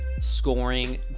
scoring